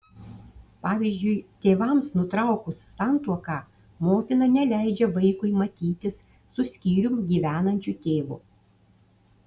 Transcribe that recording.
pavyzdžiui tėvams nutraukus santuoką motina neleidžia vaikui matytis su skyrium gyvenančiu tėvu